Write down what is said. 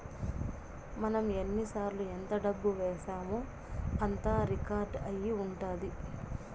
మనం ఎన్నిసార్లు ఎంత డబ్బు వేశామో అంతా రికార్డ్ అయి ఉంటది